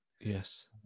yes